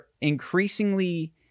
increasingly